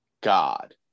God